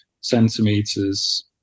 centimeters